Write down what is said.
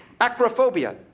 Acrophobia